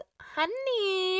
Honey